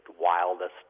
wildest